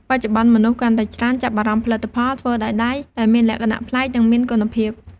បច្ចុប្បន្ន មនុស្សកាន់តែច្រើនចាប់អារម្មណ៍ផលិតផលធ្វើដោយដៃ ដែលមានលក្ខណៈប្លែក និងមានគុណភាព។